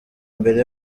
mbere